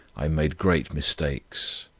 i made great mistakes.